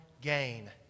gain